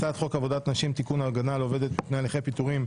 הצעת חוק עבודת נשים (תיקון - הגנה על עובדת מפני הליכי פיטורים),